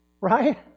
Right